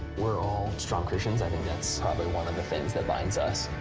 we're all strong christians. i think that's probably one of the things that binds us.